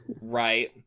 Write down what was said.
Right